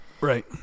Right